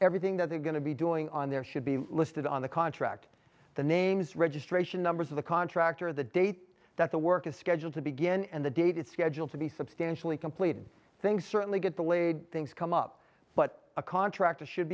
everything that they're going to be doing on there should be listed on the contract the names registration numbers of the contractor the date that the work is scheduled to begin and the date is scheduled to be substantially completed things certainly get delayed things come up but a contractor should